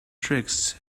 tricks